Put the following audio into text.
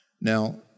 Now